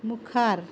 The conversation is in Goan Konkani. मुखार